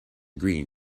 green